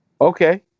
Okay